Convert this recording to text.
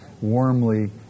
warmly